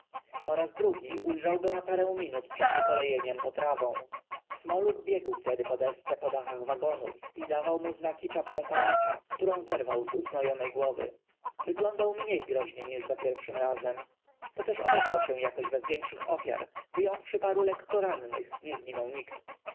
o raz drugi ujrzał go na parę m inut przed wykolejeniem pod raw ą sm oluch biegł w tedy po desce na dachach w agonów i daw ał mu znaki czapką palacza k tó rą zer w ał z uznojonej głow y w yglądał mniej groźnie niż za pierwszym razem to też obeszło się jakoś bez większych o fia r w y jąw szy paru lekko rannych nie zginął nikt